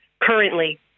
currently